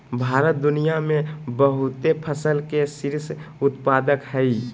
भारत दुनिया में बहुते फसल के शीर्ष उत्पादक हइ